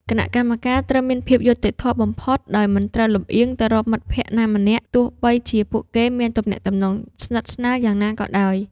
គណៈកម្មការត្រូវមានភាពយុត្តិធម៌បំផុត ដោយមិនត្រូវលម្អៀងទៅរកមិត្តភក្តិណាម្នាក់ ទោះបីជាពួកគេមានទំនាក់ទំនងស្និទ្ធស្នាលយ៉ាងណាក៏ដោយ។